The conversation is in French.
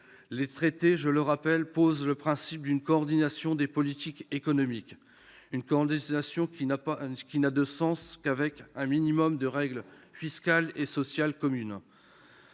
Les traités, je le rappelle, posent le principe d'une coordination des politiques économiques. Cette coordination n'a de sens qu'avec un minimum de règles fiscales et sociales communes.